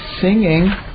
singing